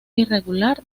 irregular